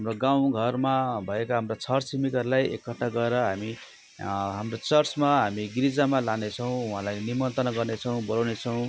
हाम्रो गाउँघरमा भएका हाम्रा छरछिमेकीहरूलाई एकट्ठा गरेर हामी हाम्रो चर्चमा हामी गिर्जामा लानेछौँ उहाँलाई निमन्त्रणा गर्नेछौँ बोलाउनेछौँ